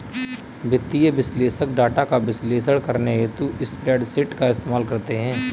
वित्तीय विश्लेषक डाटा का विश्लेषण करने हेतु स्प्रेडशीट का इस्तेमाल करते हैं